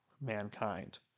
mankind